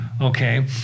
okay